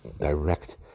direct